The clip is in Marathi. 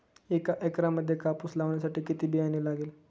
एका एकरामध्ये कापूस लावण्यासाठी किती बियाणे लागेल?